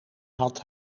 had